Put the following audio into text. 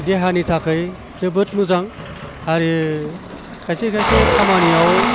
देहानि थाखाय जोबोद मोजां आरो खायसे खायसे खामानियाव